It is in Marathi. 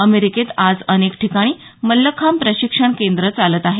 अमेरिकेत आज अनेक ठिकाणी मल्लखांब प्रशिक्षण केंद्रं चालत आहेत